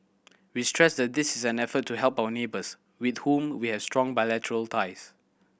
we stress that this is an effort to help our neighbours with whom we have strong bilateral ties